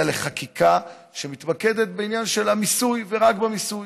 לחקיקה שמתמקדת בעניין של המיסוי ורק במיסוי.